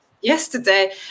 yesterday